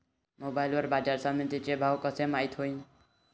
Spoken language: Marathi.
मोबाईल वर बाजारसमिती चे भाव कशे माईत होईन?